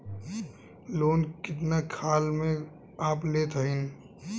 Loan कितना खाल के आप लेत हईन?